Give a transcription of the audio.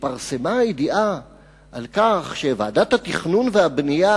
כשהתפרסמה הידיעה על כך שוועדת התכנון והבנייה